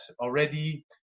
already